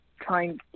trying